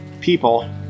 people